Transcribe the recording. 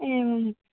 एवं